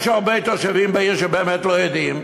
יש הרבה תושבים בעיר שבאמת לא יודעים,